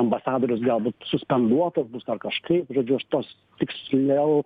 ambasadorius galbūt suspenduotas bus ar kažkaip žodžiu aš tos tiksliau